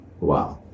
Wow